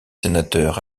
sénateurs